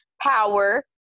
power